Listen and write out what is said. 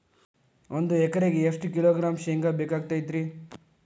ಒಂದು ಎಕರೆಗೆ ಎಷ್ಟು ಕಿಲೋಗ್ರಾಂ ಶೇಂಗಾ ಬೇಕಾಗತೈತ್ರಿ?